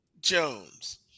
Jones